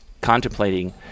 contemplating